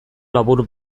labur